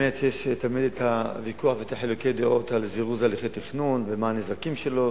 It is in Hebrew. באמת יש תמיד ויכוח וחילוקי דעות על זירוז הליכי תכנון ומה הנזקים שלו.